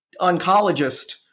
oncologist